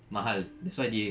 mahal that's why they